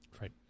Right